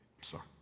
Sorry